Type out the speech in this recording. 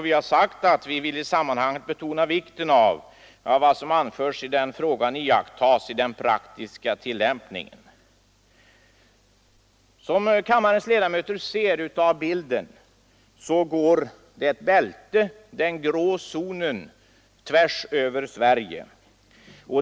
Utskottet vill i sammanhanget betona vikten av att vad som anförts i den frågan iakttas i den praktiska tillämpningen.” Som kammarens ledamöter ser på TV-skärmen går det ett bälte — den grå zonen — tvärsöver Sverige.